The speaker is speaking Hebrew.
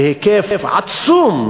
בהיקף עצום,